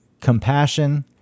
compassion